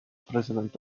president